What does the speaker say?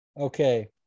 Okay